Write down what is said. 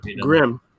Grim